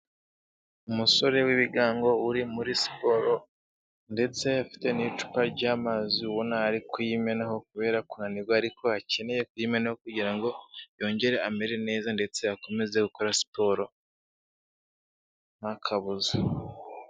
Umusore w'ibigango uri muri siporo ndetse afite n'icupa ry'amazi ubona ari kuyimenaho kubera kunanirwa, ariko akeneye kuyimena kugira ngo yongere amere neza ndetse akomeze gukora siporo ntakabuza.